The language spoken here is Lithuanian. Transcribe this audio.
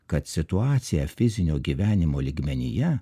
kad situacija fizinio gyvenimo lygmenyje